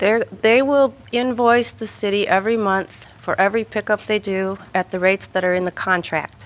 there they will invoice the city every month for every pick up they do at the rates that are in the contract